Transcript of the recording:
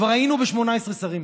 כבר היינו עם 18 שרים,